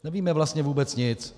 Nevíme vlastně vůbec nic.